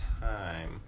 time